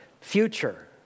future